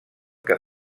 que